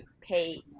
pay